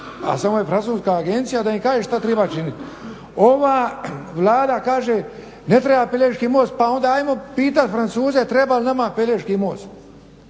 a samo je francuska agencija da ne kažem šta treba činit. Ova Vlada kaže ne treba Pelješki most pa onda ajmo pitat Francuze treba li nama Pelješki most